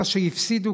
מה שהפסידו,